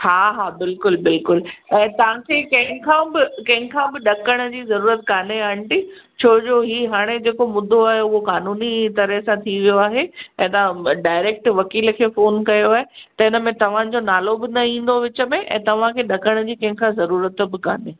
हा हा बिल्कुलु बिल्कुल ऐं तव्हां खे कंहिंखा बि कंहिंखा बि ॾकण जी ज़रूरत कोन्हे आंटी छो जो ही हाणे जे को ॿुधो आहे उहो कानूनी तरह सां थी वियो आहे ऐं तव्हां डायरेक्ट वकील खे फ़ोन कयो आहे त इनमें तव्हां जो नालो बि न ईंदो विच में ऐं तव्हां खे ॾकण जी कंहिंखा ज़रूरत बि कोन्हे